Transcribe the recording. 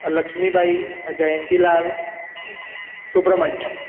Lakshmibai Jayantilal Subramaniam